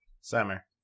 Summer